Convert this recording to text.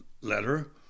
letter